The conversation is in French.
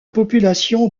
population